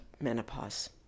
menopause